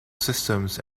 systems